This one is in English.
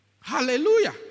Hallelujah